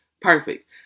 Perfect